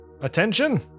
Attention